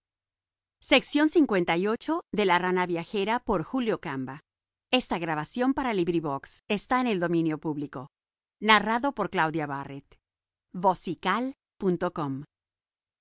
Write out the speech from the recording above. en el país de